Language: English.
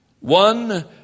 One